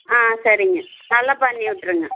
ஆ சரிங்க நல்லா பண்ணி விட்ருங்க